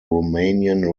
romanian